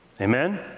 Amen